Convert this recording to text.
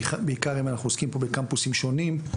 בעיקר אם אנחנו עוסקים פה בקמפוסים שונים,